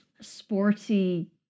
Sporty